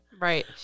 Right